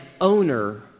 owner